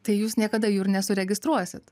tai jūs niekada jų ir nesuregistruosit